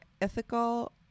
ethical